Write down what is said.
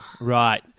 Right